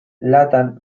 latan